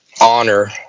honor